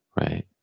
Right